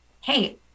Hey